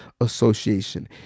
Association